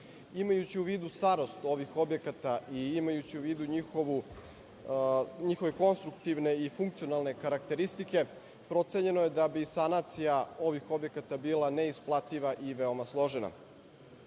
Imajući u vidu starost ovih objekata i imajući u vidu njihove konstruktivne i funkcionalne karakteristike, procenjeno je da bi sanacija ovih objekata bila neisplativa i veoma složena. Želim